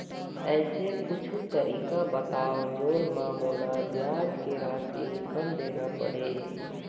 ऐसे कुछू तरीका बताव जोन म मोला ब्याज के राशि कम देना पड़े?